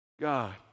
God